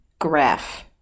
graph